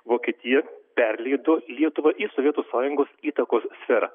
vokietija perleido lietuvą į sovietų sąjungos įtakos sferą